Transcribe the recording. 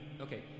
okay